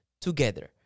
together